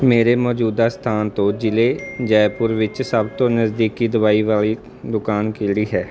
ਮੇਰੇ ਮੌਜੂਦਾ ਸਥਾਨ ਤੋਂ ਜ਼ਿਲ੍ਹੇ ਜੈਪੁਰ ਵਿੱਚ ਸਭ ਤੋਂ ਨਜ਼ਦੀਕੀ ਦਵਾਈ ਵਾਲੀ ਦੁਕਾਨ ਕਿਹੜੀ ਹੈ